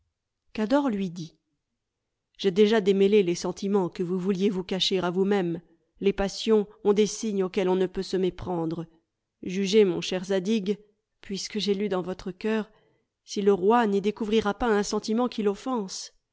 lui dit j'ai déjà démêlé les sentiments que vous vouliez vous cacher à vous-même les passions ont des signes auxquels on ne peut se méprendre jugez mon cher zadig puisque j'ai lu dans votre coeur si le roi n'y découvrira pas un sentiment qui l'offense